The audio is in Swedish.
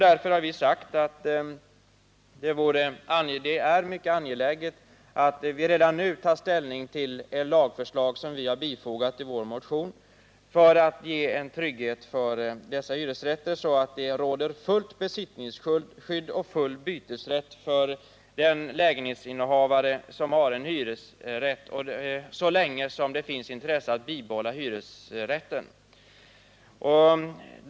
Därför har vi sagt att det är mycket angeläget att vi redan nu tar ställning till ett lagförslag som vi framför i vår motion. Vi vill med det få till stånd fullt besittningsskydd och full bytesrätt för den lägenhetsinnehavare som har hyresrätt, så länge det finns intresse att bibehålla hyresrätten.